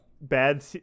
bad